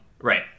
right